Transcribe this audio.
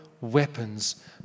weapons